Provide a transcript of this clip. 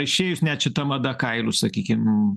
išėjus net šita mada kailių sakykim